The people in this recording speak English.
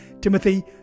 Timothy